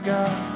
God